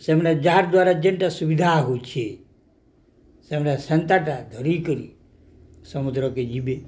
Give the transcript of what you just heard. ସେମାନେ ଯାହା ଦ୍ୱାରା ଯେନ୍ଟା ସୁବିଧା ହେଉଛି ସେମାନେ ସେନ୍ଟା ଧରିକରି ସମୁଦ୍ରକେ ଯିବେ